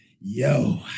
yo